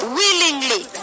willingly